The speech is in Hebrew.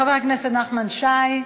חבר הכנסת נחמן שי,